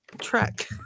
track